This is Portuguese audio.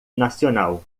nacional